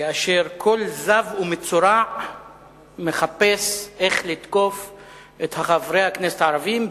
כאשר כל זב ומצורע מחפש איך לתקוף את חברי הכנסת הערבים,